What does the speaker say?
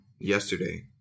yesterday